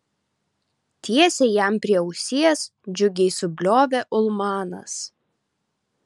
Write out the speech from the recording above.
tiesiai jam prie ausies džiugiai subliovė ulmanas